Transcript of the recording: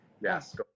yes